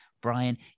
Brian